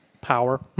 Power